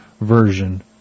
version